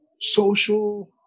social